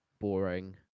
boring